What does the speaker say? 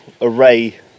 array